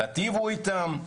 תיטיבו איתם,